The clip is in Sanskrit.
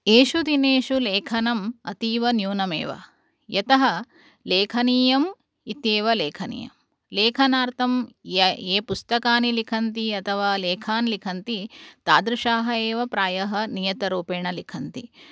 एषु दिनेषु लेखनम् अतीवन्यूनमेव यतः लेखनीयम् इत्येव लेखनीयं लेखनार्थं य ये पुस्ताकानि लिखन्ति अथवा लेखान् लिखन्ति तादृशाः एव प्रायः नियतरूपेण लिखन्ति